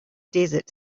desert